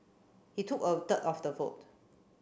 he took a third of the vote